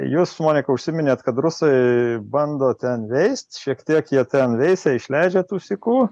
jūs monika užsiminėt kad rusai bando ten veist šiek tiek jie ten veisia išleidžia tų sykų